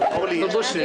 שזה דבר כבד,